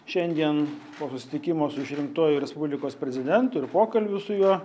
šiandien po susitikimo su išrinktuoju respublikos prezidentu ir pokalbiu su juo